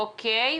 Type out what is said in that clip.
אוקיי.